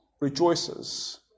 rejoices